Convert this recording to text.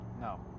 no